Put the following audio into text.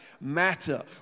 matter